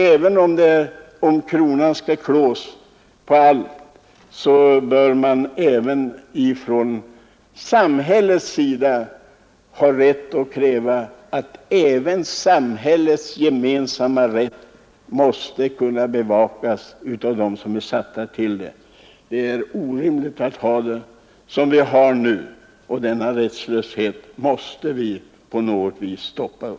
Även om kronan skall klås på allt, bör man även från samhällets sida ha rätt att kräva att också samhällets gemensamma rätt måste kunna bevakas av dem som är satta till det. Det är orimligt med den rättslöshet vi har nu. Den måste på något sätt stoppas upp.